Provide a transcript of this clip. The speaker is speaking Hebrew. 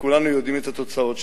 וכולם יודעים את התוצאות שלהם.